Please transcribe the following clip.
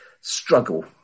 struggle